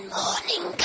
morning